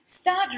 Start